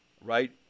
right